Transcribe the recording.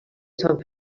sant